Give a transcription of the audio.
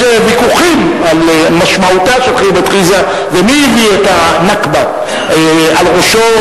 יש ויכוחים על משמעותה של חרבת חזעה ומי הביא את ה"נכבה" על ראשו,